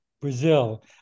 Brazil